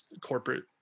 corporate